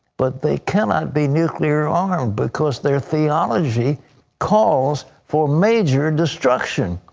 but they cannot be nuclear armed, because their theology calls for major destruction.